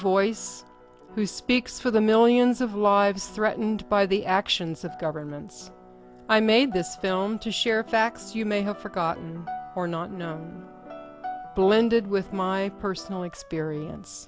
voice who speaks for the millions of lives threatened by the actions of governments i made this film to share facts you may have forgotten or not know blended with my personal experience